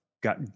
got